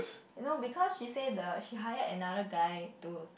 you know because she say the she hired another guy to